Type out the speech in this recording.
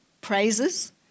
praises